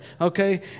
okay